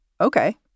okay